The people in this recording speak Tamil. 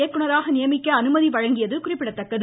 இயக்குநராக நியமிக்க அனுமதி வழங்கியது குறிப்பிடத்தக்கது